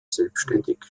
selbstständig